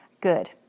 good